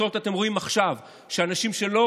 את התוצאות אתם רואים עכשיו: אנשים שלא